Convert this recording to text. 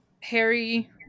Harry